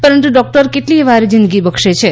પરંતુ ડોકટર કેટલીયવાર જીંદગી બક્ષે છે